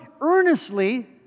earnestly